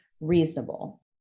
reasonable